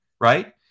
right